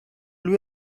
lui